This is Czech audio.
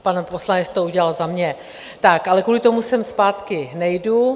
Pan poslanec to udělal za mě, ale kvůli tomu sem zpátky nejdu.